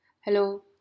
Hello